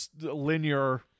linear